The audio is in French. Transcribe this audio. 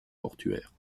portuaires